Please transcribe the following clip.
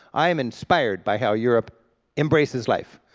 i'm inspired by how europe embraces life.